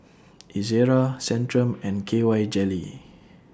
Ezerra Centrum and K Y Jelly